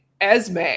Esme